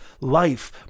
life